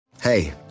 Hey